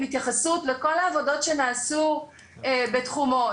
עם התייחסות לכל העבודות שנעשו בתחומו.